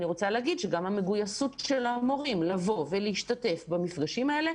אני רוצה להגיד שגם המגויסות של המורים לבוא ולהשתתף במפגשים האלה,